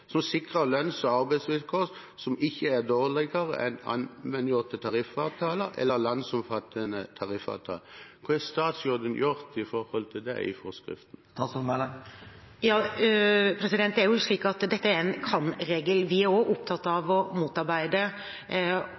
som sikrer lønns- og arbeidsvilkår som ikke er dårligere enn allmenngjorte tariffavtaler eller landsomfattende tariffavtaler. Hva har statsråden gjort med hensyn til det i forskriften? Det er slik at dette er en kan-regel. Vi er også opptatt av å motarbeide